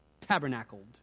tabernacled